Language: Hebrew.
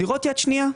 דירות יד שנייה.